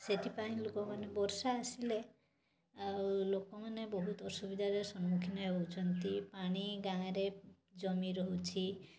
ସେଥିପାଇଁ ଲୋକମାନେ ବର୍ଷା ଆସିଲେ ଆଉ ଲୋକମାନେ ବହୁତ ଅସୁବିଧାରେ ସମ୍ମୁଖୀନ ହେଉଛନ୍ତି ପାଣି ଗାଁ' ରେ ଜମି ରହୁଛି